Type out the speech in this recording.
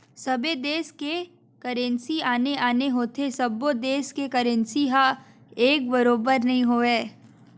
सबे देस के करेंसी आने आने होथे सब्बो देस के करेंसी ह एक बरोबर नइ होवय